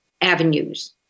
avenues